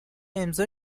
امضا